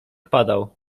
padał